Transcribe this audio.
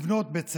לבנות בית ספר,